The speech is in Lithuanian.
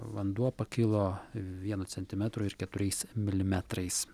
vanduo pakilo vienu centimetru ir keturiais milimetrais